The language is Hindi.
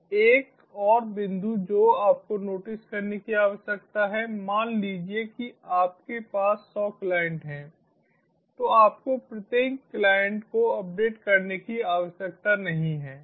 तो एक और बिंदु जो आपको नोटिस करने की आवश्यकता है मान लीजिए कि आपके पास 100 क्लाइंट हैं तो आपको प्रत्येक क्लाइंट को अपडेट करने की आवश्यकता नहीं है